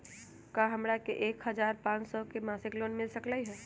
का हमरा के एक हजार पाँच सौ के मासिक लोन मिल सकलई ह?